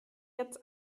jetzt